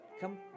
Come